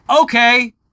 Okay